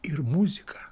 ir muziką